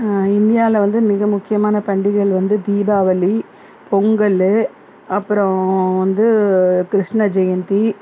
இந்தியாவில் வந்து மிக முக்கியமான பண்டிகைள் வந்து தீபாவளி பொங்கல் அப்பறம் வந்து கிருஷ்ண ஜெயந்தி